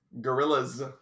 Gorillas